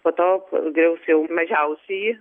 po to griaus jau mažiausiajį